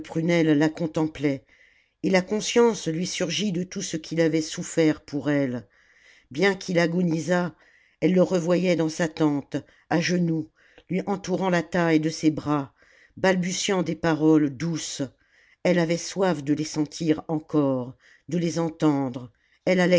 la contemplaient et la conscience lui surgit de tout ce qu'il avait souffert pour elle bien qu'il agonisât elle le revoyait dans sa tente à genoux lui entourant la taille de ses bras balbutiant des paroles douces elle avait soif de les sentir encore de les entendre